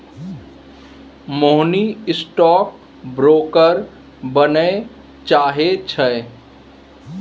मोहिनी stock broker बनय चाहै छै